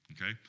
okay